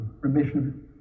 remission